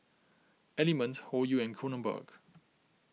Element Hoyu and Kronenbourg